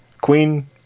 Queen